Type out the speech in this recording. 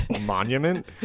monument